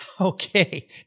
Okay